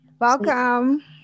welcome